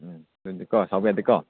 ꯎꯝ ꯑꯗꯨꯗꯤꯀꯣ ꯁꯥꯎꯕ ꯌꯥꯗꯦꯀꯣ